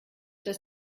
dass